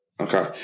Okay